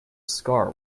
scar